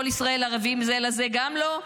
כל ישראל ערבים זה לזה, גם לא?